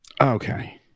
Okay